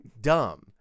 dumb